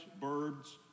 birds